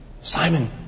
Simon